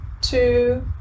two